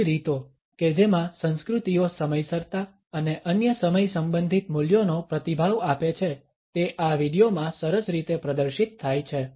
વિવિધ રીતો કે જેમાં સંસ્કૃતિઓ સમયસરતા અને અન્ય સમય સંબંધિત મૂલ્યોનો પ્રતિભાવ આપે છે તે આ વિડિઓમાં સરસ રીતે પ્રદર્શિત થાય છે